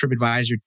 TripAdvisor